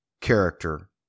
character